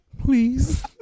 please